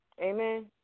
amen